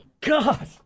God